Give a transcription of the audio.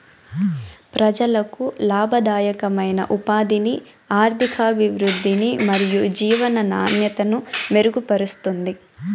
ప్రజలకు లాభదాయకమైన ఉపాధిని, ఆర్థికాభివృద్ధిని మరియు జీవన నాణ్యతను మెరుగుపరుస్తుంది